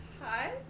Hi